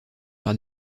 par